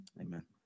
Amen